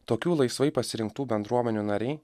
tokių laisvai pasirinktų bendruomenių nariai